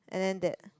and then that